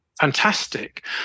fantastic